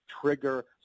trigger